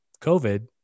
COVID